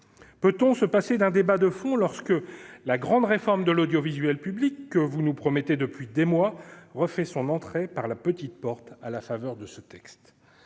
peut-on se passer d'un débat de fond lorsque la grande réforme de l'audiovisuel public, promise depuis des mois, refait son entrée par la petite porte à la faveur de ce texte ?